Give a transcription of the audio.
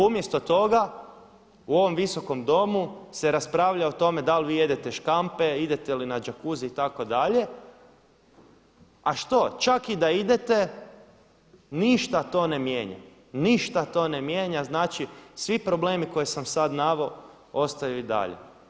Umjesto toga u ovom visokom domu se raspravlja o tome da li vi jedete škampe, idete li na jacuzzi itd. a što čak i da idete ništa to ne mijenja, ništa to ne mijenja, znači svi problemi koje sam sad naveo ostaju i dalje.